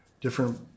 different